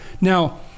Now